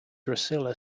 drusilla